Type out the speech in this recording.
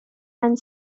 and